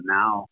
now